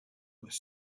was